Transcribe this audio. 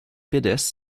pédestres